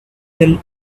him